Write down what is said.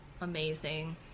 amazing